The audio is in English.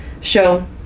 show